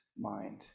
mind